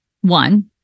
One